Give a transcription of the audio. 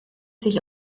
sich